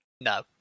no